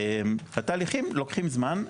התהליכים לוקחים זמן,